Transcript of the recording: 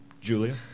Julia